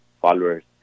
followers